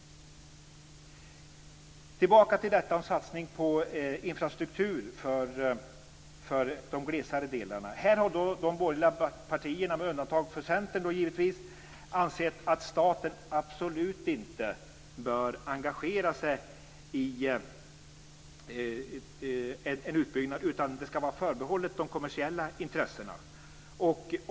Tillbaka till frågan om satsning på infrastruktur för de glesare delarna. Här har de borgerliga partierna, givetvis med undantag för Centern, ansett att staten absolut inte bör engagera sig i en utbyggnad, utan det skall vara förbehållet de kommersiella intressena.